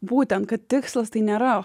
būtent kad tikslas tai nėra